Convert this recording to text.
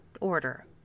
order